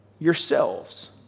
yourselves